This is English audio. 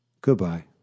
Goodbye